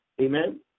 amen